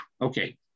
okay